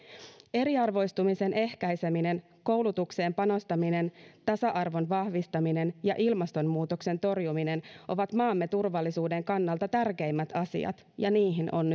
eriarvoistumisen ehkäiseminen koulutukseen panostaminen tasa arvon vahvistaminen ja ilmastonmuutoksen torjuminen ovat maamme turvallisuuden kannalta tärkeimmät asiat ja niihin on